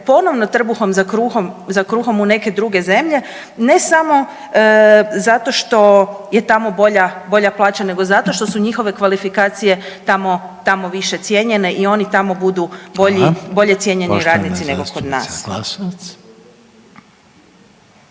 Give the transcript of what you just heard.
ponovno trbuhom za kruhom u neke druge zemlje ne samo zato što je tamo bolja, bolja plaća nego zato što su njihove kvalifikacije tamo, tamo više cijenjene i oni tamo budu bolji, bolje cijenjeni radnici nego kod nas.